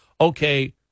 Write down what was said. okay